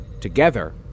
Together